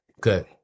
Good